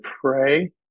pray